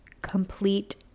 complete